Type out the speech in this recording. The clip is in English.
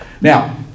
now